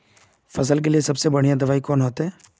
फसल के लिए सबसे बढ़िया दबाइ कौन होते?